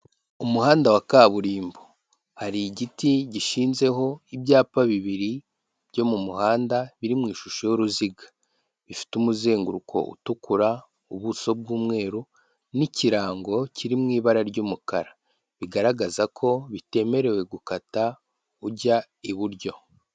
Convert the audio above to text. Umuhanda wa kaburimbo, hari igiti gishinzeho ibyapa bibiri byo mu muhanda biri mu ishusho y'uruziga, bifite umuzenguruko utukura, ubuso bw'umweru n'ikirango kiri mu ibara ry'umukara, bigaragaza ko bitemerewe gukata ujya iburyo.